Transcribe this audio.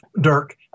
Dirk